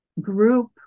group